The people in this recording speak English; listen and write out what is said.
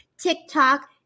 TikTok